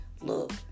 look